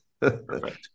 Perfect